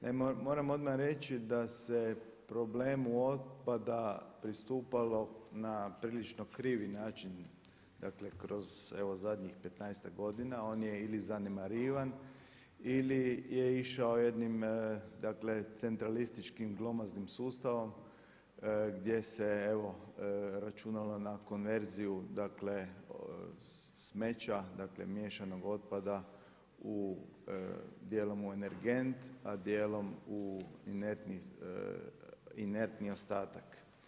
Naime, moram odmah reći da se problemu otpada pristupalo na prilično krivi način dakle kroz evo zadnjih petnaestak godina, on je ili zanemarivan ili je išao jednim dakle centralističkim glomaznim sustavom gdje se evo računalo na konverziju dakle smeća, dakle miješanog otpada u djelom u energent, a djelom u inertni ostatak.